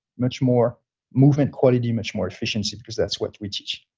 much more movement quality, much more efficiency because that's what we teach